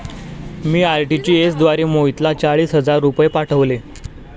मी RTGS द्वारे मोहितला चाळीस हजार रुपये पाठवले